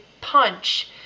punch